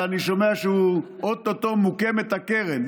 ואני שומע שאו-טו-טו מוקמת הקרן,